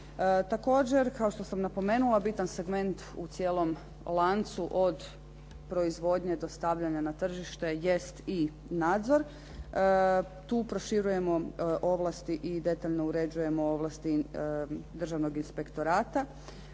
Također kao što sam napomenula bitan segment u cijelom lancu od proizvodnje do stavljanja na tržište jest i nadzor. Tu proširujemo ovlasti i detaljno uređujemo ovlasti državnog inspektora,